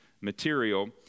material